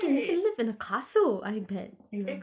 you can live in a castle I bet you know